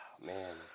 Man